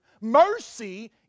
Mercy